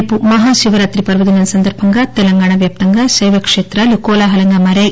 రేపు మహాశివరాతి పర్వదినం సందర్భంగా తెలంగాణ వ్యాప్తంగా శైవక్షేతాలు కోలాహలంగా మారాయి